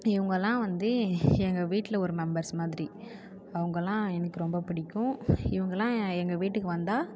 இவங்களாம் வந்து எங்கள் வீட்டில் ஒரு மெம்பர்ஸ் மாதிரி அவங்களா எனக்கு ரொம்ப பிடிக்கும் இவங்களாம் எங்கள் வீட்டுக்கு வந்தா